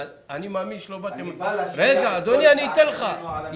את קול זעקתנו על המדיניות.